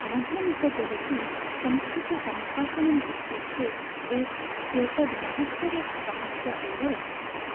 आधुनिकजगति संस्कृतसम्भाषणम् इत्युक्ते ए एतत् महत्तरसमस्या एव वर्तते